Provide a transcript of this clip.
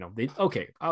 Okay